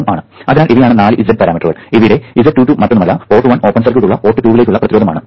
അതിനാൽ ഇവയാണ് നാല് z പാരാമീറ്ററുകൾ ഇവിടെ z22 മറ്റൊന്നുമല്ല പോർട്ട് 1 ഓപ്പൺ സർക്യൂട്ട് ഉള്ള പോർട്ട് 2 ലേക്കുള്ള പ്രതിരോധം ആണ്